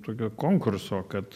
tokio konkurso kad